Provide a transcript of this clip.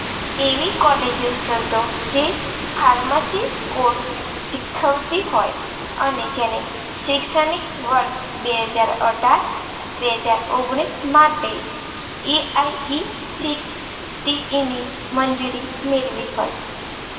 એવી કોલેજો શોધો જે ફાર્મસી કોર્સ શીખવતી હોય અને જેને શૈક્ષણિક વર્ષ બે હજાર અઢાર બે હજાર ઓગણીસ માટે એઆઇસીટીઇની મંજૂરી મેળવી હોય